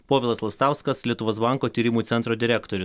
povilas lastauskas lietuvos banko tyrimų centro direktorius